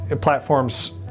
platforms